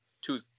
two